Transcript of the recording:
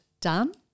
done